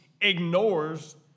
ignores